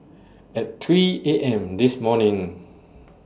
At three A M This morning